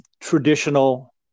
traditional